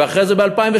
ואחרי זה ב-2011,